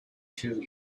two